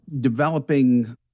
developing